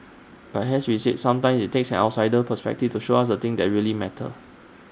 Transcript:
but as we said sometimes IT takes an outsider's perspective to show us the things that really matter